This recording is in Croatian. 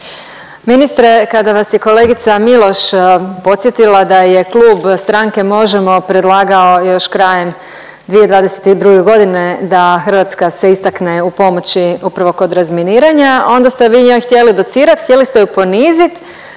Ministre kada vas je kolegica Miloš podsjetila da je Klub stranke Možemo! predlagao još krajem 2022. godine da Hrvatska se istakne u pomoći upravo kod razminiranja onda ste vi njoj htjeli docirati, htjeli ste ju ponizit